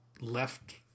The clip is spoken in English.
left